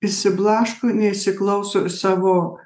išsiblaško nesiklauso savo